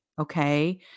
Okay